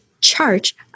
charge